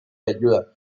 ayuda